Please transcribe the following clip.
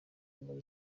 muri